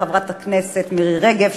חברת הכנסת מירי רגב,